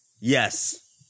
Yes